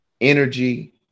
energy